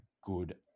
good